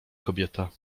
kobieta